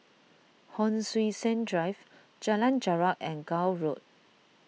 Hon Sui Sen Drive Jalan Jarak and Gul Road